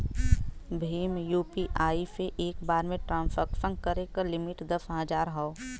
Bhim UPI से एक बार में ट्रांसक्शन करे क लिमिट दस हजार हौ